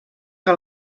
que